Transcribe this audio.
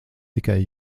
tikai